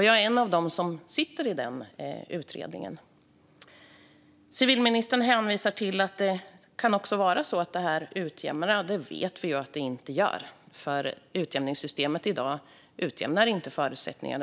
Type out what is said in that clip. Jag är en av dem som sitter i den utredningen. Civilministern hänvisar till att det också kan vara så att detta utjämnar. Det vet vi att det inte gör. Utjämningssystemet i dag utjämnar inte förutsättningarna.